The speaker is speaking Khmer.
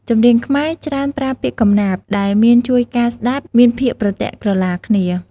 ចម្រៀងខ្មែរច្រើនប្រើ ពាក្យកំណាព្យ ដែលមានជួយការស្តាប់មានភាគប្រទាក់ក្រឡាគ្នា។